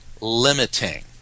limiting